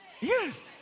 Yes